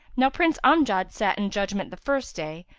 now prince amjad sat in judgement the first day,